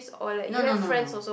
no no no no